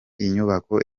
inyubako